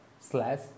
slash